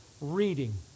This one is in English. reading